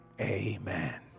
amen